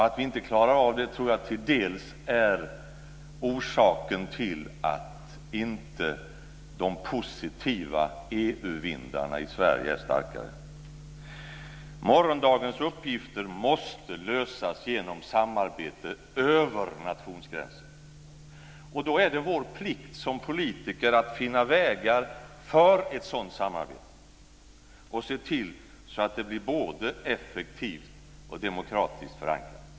Att vi inte klarar av det tror jag till dels är orsaken till att inte de positiva EU-vindarna i Sverige är starkare. Morgondagens uppgifter måste lösas genom samarbete över nationsgränserna. Då är det vår plikt som politiker att finna vägar för ett sådant samarbete och se till att det blir både effektivt och demokratiskt förankrat.